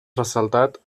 ressaltat